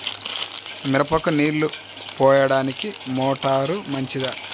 మిరపకు నీళ్ళు పోయడానికి మోటారు మంచిదా?